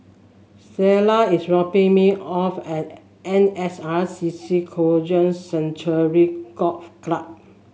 Stella is dropping me off at N S R C C Kranji Sanctuary Golf Club